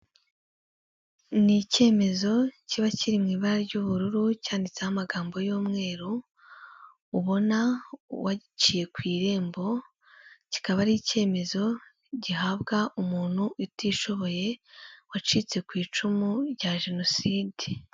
Ni icyemezo kiba kiri mu ibara ry'ubururu cyanditseho amagambo y'umweru, ubona waciye ku Irembo, kikaba ari icyemezo gihabwa umuntu utishoboye wacitse ku icumu rya Jenoside.